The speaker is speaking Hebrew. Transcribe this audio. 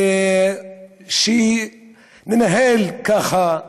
שמנהל, ככה,